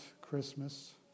Christmas